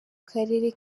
karere